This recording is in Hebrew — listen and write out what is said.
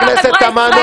--- חבר הכנסת חזן,